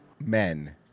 Men